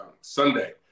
sunday